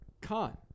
Con